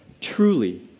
Truly